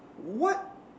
what